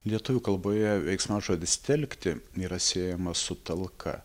lietuvių kalboje veiksmažodis telkti yra siejamas su talka